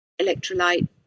electrolyte